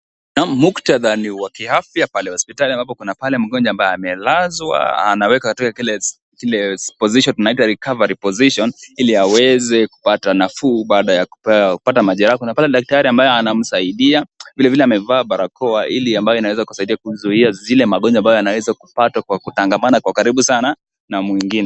Mukdhata ni wa kiafya ambayo mgonjwa amelazwa . Anaweka katika Ile recovery position hili aweze kupata nafuu baada ya kupata majeraha. Kuna daktari ambaye anamsaidia vilevile amevaa barakoa hili ambaye anaweza kumsuia zile magongwa anaweza kupata kwa kutangamana kwa karibu sana na mwengine.